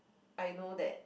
I know that